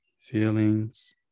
Feelings